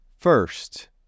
First